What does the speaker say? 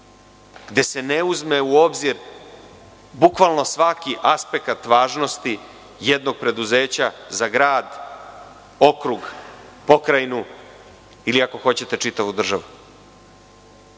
gde se ne uzme u obzir bukvalno svaki aspekat važnosti jednog preduzeća za grad, okrug, pokrajinu ili ako hoćete čitavu državu.